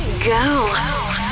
go